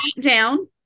down